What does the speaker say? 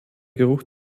geruch